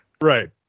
Right